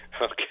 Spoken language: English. Okay